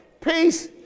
Peace